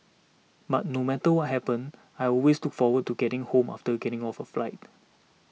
but no matter what happen I always took forward to getting home after getting off a flight